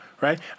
Right